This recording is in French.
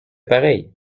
pareil